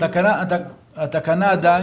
התקנה וגם